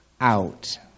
out